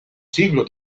siglos